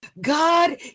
God